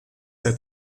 der